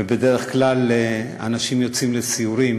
ובדרך כלל אנשים יוצאים לסיורים,